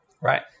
Right